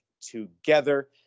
together